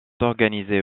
organisé